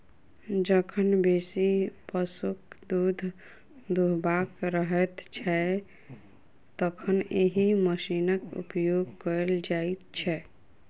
जखन बेसी पशुक दूध दूहबाक रहैत छै, तखन एहि मशीनक उपयोग कयल जाइत छै